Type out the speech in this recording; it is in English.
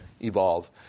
evolve